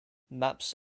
maps